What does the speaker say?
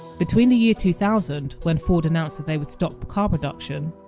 between the year two thousand, when ford announced they would stop car production,